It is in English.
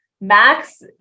Max